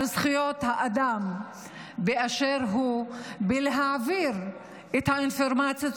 זכויות האדם באשר הוא בהעברת האינפורמציה,